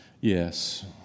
Yes